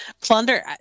plunder